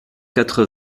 quatre